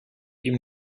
you